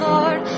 Lord